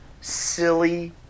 silly